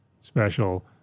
special